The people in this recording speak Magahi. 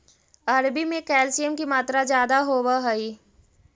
अरबी में कैल्शियम की मात्रा ज्यादा होवअ हई